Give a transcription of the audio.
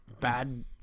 bad